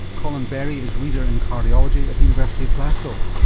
colin berry is reader in cardiology at the university of glasgow.